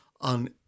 on